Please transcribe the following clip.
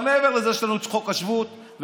אבל מעבר לזה, יש לנו את חוק השבות וכו'.